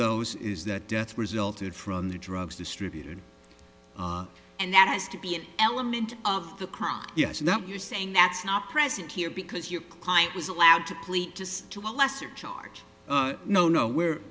those is that death resulted from the drugs distributed and that has to be an element of the crime yes now you're saying that's not present here because your client was allowed to plea just a lesser charge no no we're